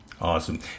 Awesome